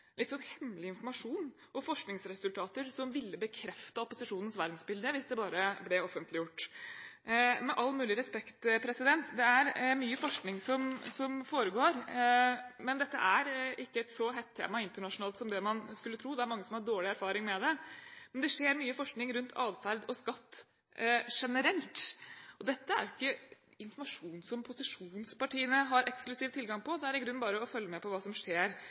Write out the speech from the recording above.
hemmelig informasjon og forskningsresultater som ville bekrefte opposisjonens verdensbilde, hvis det bare ble offentliggjort. Med all mulig respekt: Det er mye forskning som foregår, men dette er ikke et så hett tema internasjonalt som man skulle tro, det er mange som har dårlig erfaring med det. Men det skjer mye forskning rundt atferd og skatt generelt, og dette er jo ikke informasjon som posisjonspartiene har eksklusiv tilgang på. Det er i grunnen bare å følge med på hva som skjer